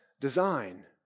design